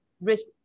risk